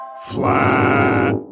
Flat